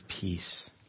peace